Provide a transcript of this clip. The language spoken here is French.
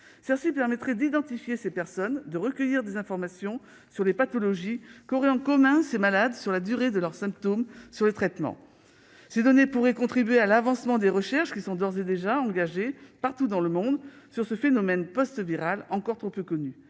Elle permettrait d'identifier ces personnes, de recueillir des informations relatives aux pathologies que ces malades auraient en commun, à la durée de leurs symptômes et à leurs traitements. Ces données pourraient contribuer à l'avancée des recherches d'ores et déjà engagées partout dans le monde sur ce phénomène post-viral encore trop peu connu.